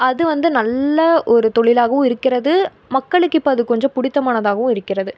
அது வந்து நல்ல ஒரு தொழிலாகவும் இருக்கிறது மக்களுக்கு இப்போ அது கொஞ்சம் பிடித்தமானதாகவும் இருக்கிறது